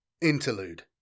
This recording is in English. Interlude